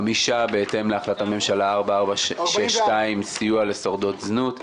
חמישה בהתאם להחלטת הממשלה 4462: סיוע לשורדות זנות,